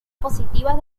positivas